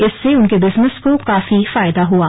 इससे उनके बिजनेस को काफी फायदा हुआ